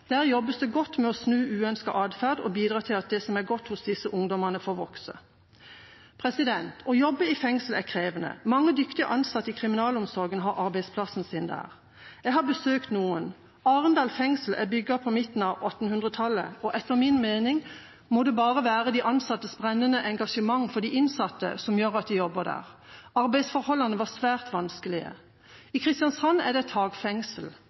Der jobbes det godt med å snu uønsket atferd og bidra til at det som er godt hos disse ungdommene, får vokse. Å jobbe i fengsel er krevende. Mange dyktige ansatte i kriminalomsorgen har arbeidsplassen sin der. Jeg har besøkt noen. Arendal fengsel er bygget på midten av 1800-tallet, og etter min mening må det bare være de ansattes brennende engasjement for de innsatte som gjør at de jobber der. Arbeidsforholdene var svært vanskelige. I Kristiansand er det